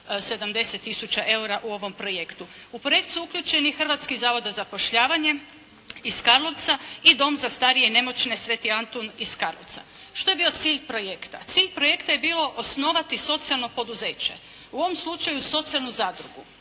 70000 eura u ovom projektu. U projekt su uključeni Hrvatski zavod za zapošljavanje iz Karlovca i Dom za starije i nemoćne “Sv. Antun“ iz Karlovca. Što je bio cilj projekta? Cilj projekta je bilo osnovati socijalno poduzeće, u ovom slučaju socijalnu zadrugu.